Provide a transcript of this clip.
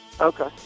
Okay